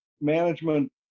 management